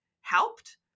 helped